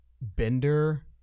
bender